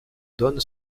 donne